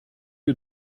you